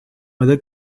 other